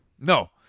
No